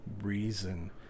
reason